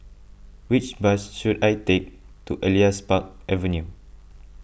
which bus should I take to Elias Park Avenue